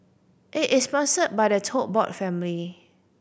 it is sponsored by the Tote Board family